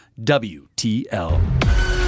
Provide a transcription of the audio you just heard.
WTL